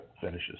finishes